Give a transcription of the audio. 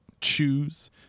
choose